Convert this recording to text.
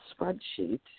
spreadsheet